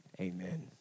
amen